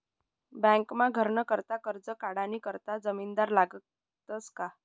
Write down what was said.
बँकमा घरनं करता करजं काढानी करता जामिनदार लागसच का